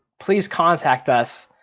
please contact us.